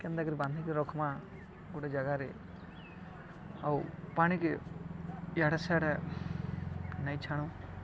କେନ୍ତାକିରି ବାନ୍ଧିକି ରଖ୍ମା ଗୋଟେ ଜାଗାରେ ଆଉ ପାଣିକି ଇଆଡ଼େ ସିଆଡ଼େ ନେଇଁ ଛାଣୁ